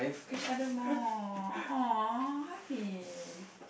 each other more !awww! Hafiz